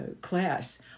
class